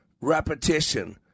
repetition